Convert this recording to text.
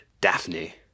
daphne